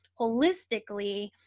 holistically